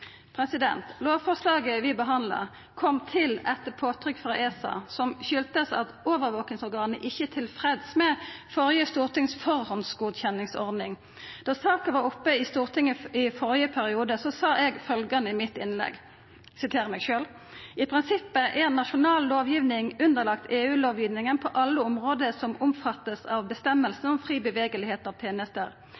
Lovforslaget vi behandlar, kom til etter påtrykk frå ESA, og hadde si årsak i at overvakingsorganet ikkje var tilfreds med førehandsgodkjenningsordninga til det førre Stortinget. Då saka var oppe i Stortinget i førre periode, sa eg følgjande i innlegget mitt: «I prinsippet er nasjonal lovgiving underlagd EU-lovgivinga på alle område som vert omfatta av